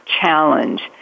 challenge